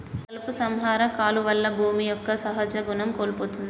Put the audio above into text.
కలుపు సంహార కాలువల్ల భూమి యొక్క సహజ గుణం కోల్పోతుంది